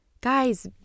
Guys